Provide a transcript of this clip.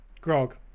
Grog